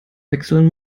wechseln